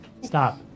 Stop